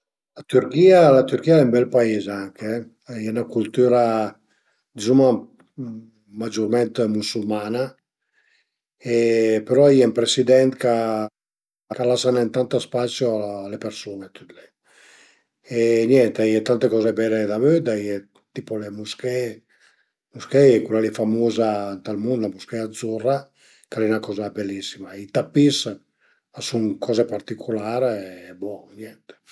La mia materia preferìa a i era, a i era la ginnastica, nen di autre materie perché riesa nen, comuncue, ginnastica a i era me preferì, forsi perché a fazìa gia sport, giugavu al balun e alura a i era cula li, ma e i eru d'aute materie tipo laburatori, cule coze li, d'roba, sempre d'roba manual comuncue